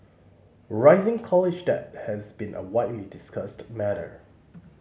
rising college debt has been a widely discussed matter